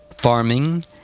Farming